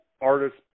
artists